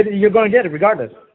you're going to get it regardless,